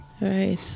right